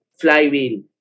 flywheel